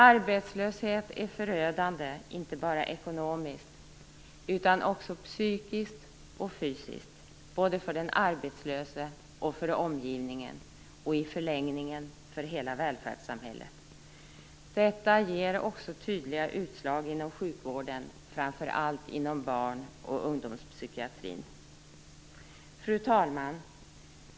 Arbetslöshet är förödande inte bara ekonomiskt utan också psykiskt och fysiskt för den arbetslöse, för omgivningen och i förlängningen för hela välfärdssamhället. Detta ger också tydliga utslag inom sjukvården, framför allt inom barn och ungdomspsykiatrin.